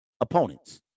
opponents